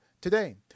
today